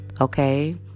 Okay